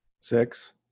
Six